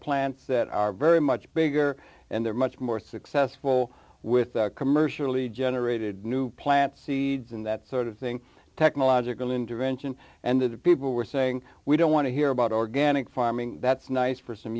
plants that are very much bigger and they're much more successful with commercially generated new plant seeds and that sort of thing technological intervention and people were saying we don't want to hear about organic farming that's nice for some